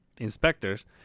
Inspectors